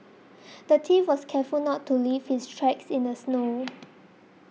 the thief was careful not to leave his tracks in the snow